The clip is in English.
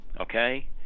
okay